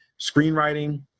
screenwriting